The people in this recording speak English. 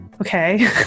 okay